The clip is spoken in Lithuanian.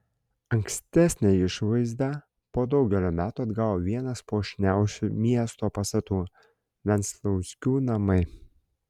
ankstesnę išvaizdą po daugelio metų atgavo vienas puošniausių miesto pastatų venclauskių namai